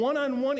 ONE-ON-ONE